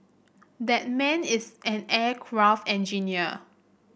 that man is an aircraft engineer